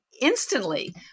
instantly